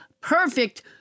perfect